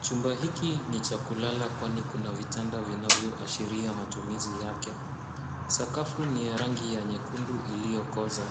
Chumba hiki ni cha kulala kwani kuna vitanda vinavyoashiria matumizi yake. Sakafu ni ya rangi ya nyekundu iliyokoza.